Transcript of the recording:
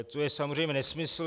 To je samozřejmě nesmysl.